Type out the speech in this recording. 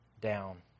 down